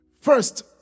First